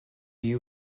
you